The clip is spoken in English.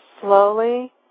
slowly